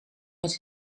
met